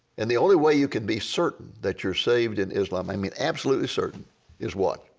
and the only way you can be certain that you are saved in islam, i mean absolutely certain is what?